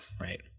right